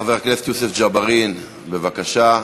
חבר הכנסת יוסף ג'בארין, בבקשה.